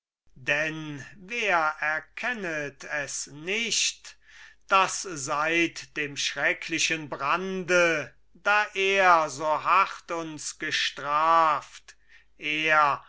denn wer erkennet es nicht daß seit dem schrecklichen brande da er so hart uns gestraft er